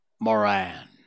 Moran